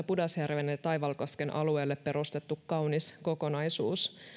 pudasjärven ja taivalkosken alueelle vuonna kaksituhatta perustettu kaunis kokonaisuus